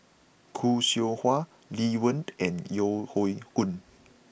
Khoo Seow Hwa Lee Wen and Yeo Hoe Koon